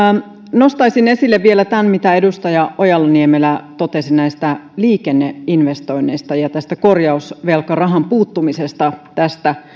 nostaisin esille vielä tämän mitä edustaja ojala niemelä totesi näistä liikenneinvestoinneista ja korjausvelkarahan puuttumisesta tästä